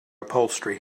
upholstery